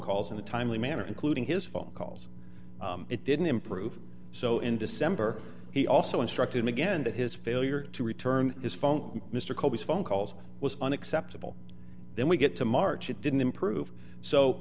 calls in a timely manner including his phone calls it didn't improve so in december he also instructed again that his failure to return his phone mr copas phone calls was unacceptable then we get to march it didn't improve so